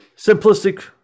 Simplistic